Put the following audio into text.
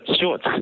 shorts